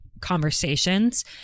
conversations